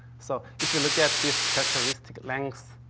so, if you look at this characteristic length,